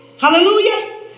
Hallelujah